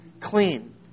clean